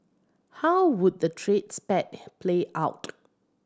how would the trade spat play out